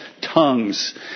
tongues